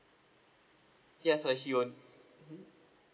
yes uh he on mmhmm